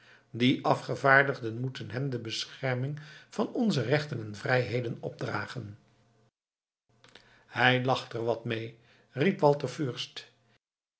die afgevaardigden moeten hem de bescherming van onze rechten en vrijheden opdragen hij lacht er wat mee riep walter fürst